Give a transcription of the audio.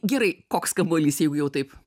gerai koks kamuolys jeigu jau taip